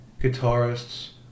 guitarists